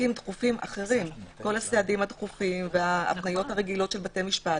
תיקים דחופים אחרים כל הסעדים הדחופים והבעיות הרגילות של בתי משפט